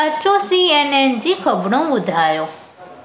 अचो C N N जी खबरूं ॿुधायो